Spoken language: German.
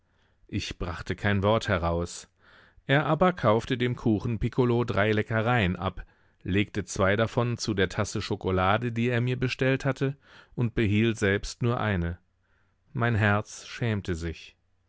ich brachte kein wort heraus er aber kaufte dem kuchenpikkolo drei leckereien ab legte zwei davon zu der tasse schokolade die er mir bestellt hatte und behielt selbst nur eine mein herz schämte sich